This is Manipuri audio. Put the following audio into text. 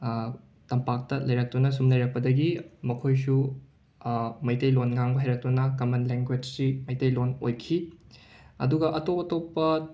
ꯇꯝꯄꯥꯛꯇ ꯂꯩꯔꯛꯇꯨꯅ ꯁꯨꯝ ꯂꯩꯔꯛꯄꯗꯒꯤ ꯃꯈꯣꯏꯁꯨ ꯃꯩꯇꯩꯂꯣꯟ ꯉꯥꯡꯕ ꯍꯩꯔꯛꯇꯨꯅ ꯀꯃꯟ ꯂꯦꯡꯒ꯭ꯋꯦꯖꯁꯤ ꯃꯩꯇꯩꯂꯣꯟ ꯑꯣꯏꯈꯤ ꯑꯗꯨꯒ ꯑꯇꯣꯞ ꯑꯇꯣꯞꯄ